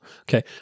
okay